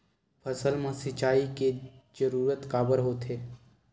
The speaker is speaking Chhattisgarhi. फसल मा सिंचाई के जरूरत काबर होथे?